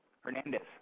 Hernandez